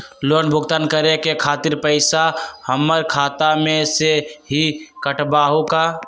Loan भुगतान करे के खातिर पैसा हमर खाता में से ही काटबहु का?